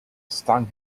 stung